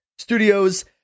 Studios